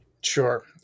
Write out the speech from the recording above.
Sure